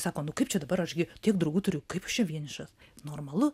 sako nu kaip čia dabar aš gi tik draugų turiu kaip aš čia vienišas normalu